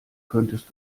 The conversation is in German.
könntest